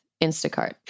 Instacart